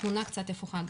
תמונה קצת הפוכה.